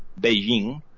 Beijing